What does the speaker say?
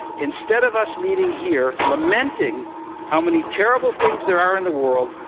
instead of us meeting here, lamenting how many terrible things there are in the world,